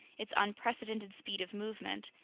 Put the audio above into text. its unprecedented speed of movement,